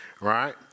right